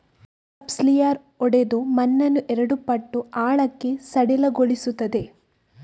subsoiler ಒಡೆದು ಮಣ್ಣನ್ನು ಎರಡು ಪಟ್ಟು ಆಳಕ್ಕೆ ಸಡಿಲಗೊಳಿಸುತ್ತದೆ